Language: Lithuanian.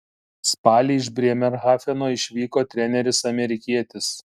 spalį iš brėmerhafeno išvyko treneris amerikietis